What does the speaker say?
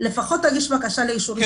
לפחות תגיש בקשה לאישור רשמי.